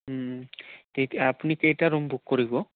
তেতিয়া আপুনি কেইটা ৰুম বুক কৰিব